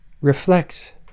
Reflect